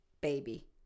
baby